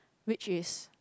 which is